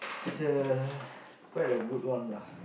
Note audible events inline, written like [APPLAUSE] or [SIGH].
it's a [BREATH] quite a good one lah